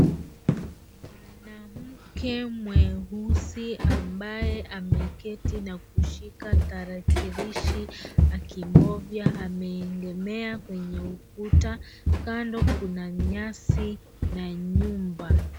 Mwanamke mweusi ambaye ameketi na kushika tarakilishi akibovya amegemea kwenye ukuta kando kuna nyasi na nyumba.